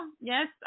Yes